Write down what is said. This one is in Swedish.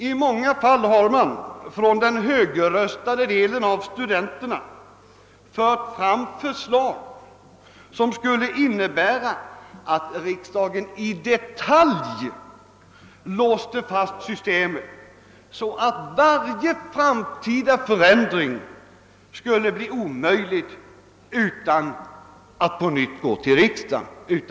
I många fall har den högröstade delen av studenterna fört fram förslag, som skulle innebära att riksdagen i detalj låste fast systemet, så att varje framtida förändring skulle bli omöjlig utan ett nytt riksdagsbeslut.